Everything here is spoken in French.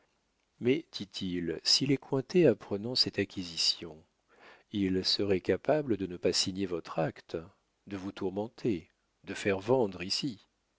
mais dit-il si les cointet apprenaient cette acquisition ils seraient capables de ne pas signer votre acte de vous tourmenter de faire vendre ici